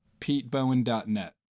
petebowen.net